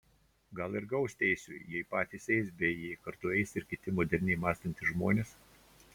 gal ir gaus teisių jei patys eis bei jei kartu eis ir kiti moderniai mąstantys žmonės